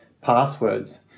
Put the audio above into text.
passwords